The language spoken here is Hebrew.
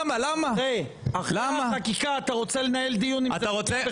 אחרי החקיקה אתה רוצה לנהל דיון אם זה יפגע בחיילי צה"ל,